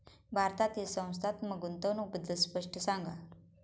भारतातील संस्थात्मक गुंतवणूक बद्दल स्पष्ट सांगा